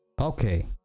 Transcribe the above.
okay